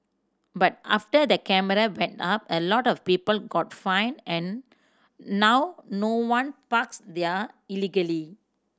but after the camera went up a lot of people got fined and now no one parks there illegally